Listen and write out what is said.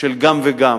של גם וגם.